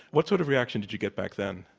what sort of reaction did you get back then?